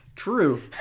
True